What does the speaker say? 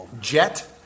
Jet